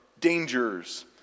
dangers